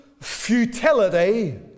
futility